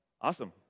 Awesome